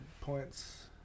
points